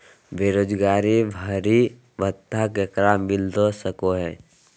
बेरोजगारी भत्ता ककरा मिलता सको है?